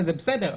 וזה בסדר.